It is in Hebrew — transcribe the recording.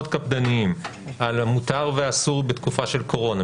קפדניים על המותר והאסור בתקופה של קורונה,